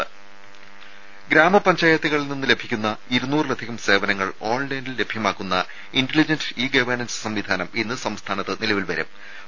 ദേഴ ഗ്രാമ പഞ്ചായത്തുകളിൽ നിന്നു ലഭിക്കുന്ന ഇരുനൂറിലധികം സേവനങ്ങൾ ഓൺലൈനിൽ ലഭ്യമാക്കുന്ന ഇന്റലിജന്റ് ഇ ഗവേണൻസ് സംവിധാനം ഇന്ന് സംസ്ഥാനത്ത് നിലവിൽ വരും